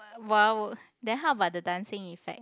!wow! then how about the dancing effect